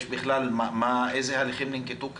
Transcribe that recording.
ובכלל, איזה הליכים ננקטו כאן?